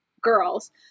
girls